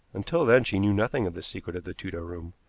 until then she knew nothing of the secret of the tudor room,